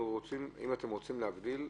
אם אתם רוצים להגדיל,